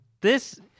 this-